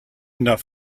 enough